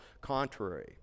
contrary